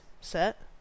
set